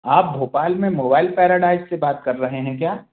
आप भोपाल में mobile paradise से बात कर रहे हैं क्या